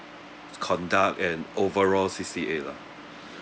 conduct and overall C_C_A lah